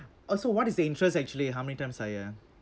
oh so what is the interest actually how many times higher